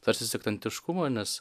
tarsi sektantiškumo nes